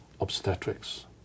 obstetrics